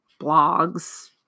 blogs